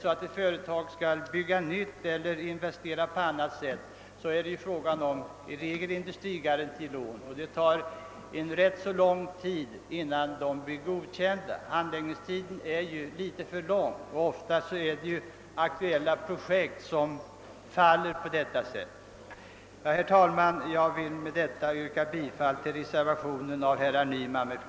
Skall ett företag bygga nytt eller investera på annat sätt och det kostar över 75 000 kronor blir det i regel fråga om industrigarantilån, och det tar rätt lång tid innan dessa blir godkända. Handläggningstiden är litet för lång och ofta gäller det aktuella projekt som av sådana orsaker måste falla. Herr talman! Jag vill härmed yrka bifall till reservationen av herr Nyman ms Il;